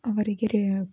ಅವರಿಗೆ ರೇ